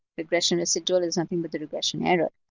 regression residual is nothing but the regression error.